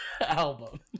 album